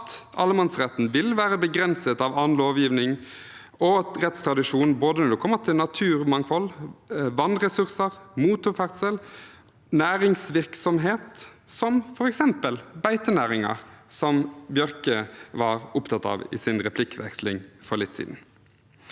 at allemannsretten vil være begrenset av annen lovgivning og rettstradisjon når det gjelder både naturmangfold, vannressurser, motorferdsel og næringsvirksomhet, som f.eks. beitenæringen, som Bjørke var opptatt av i replikkvekslingen for litt siden.